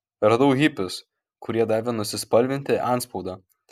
radau hipius kurie davė nusispalvinti antspaudą